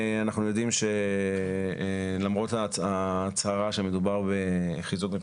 אנחנו יודעים שלמרות ההצהרה שמדובר בחיזוק מפני